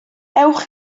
ewch